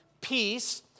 peace